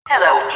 Hello